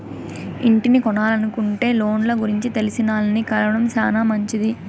ఇంటిని కొనలనుకుంటే లోన్ల గురించి తెలిసినాల్ని కలవడం శానా మంచిది